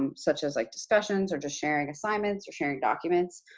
um such as like discussions or just sharing assignments or sharing documents,